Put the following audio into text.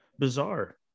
Bizarre